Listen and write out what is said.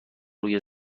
روی